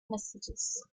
messages